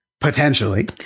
potentially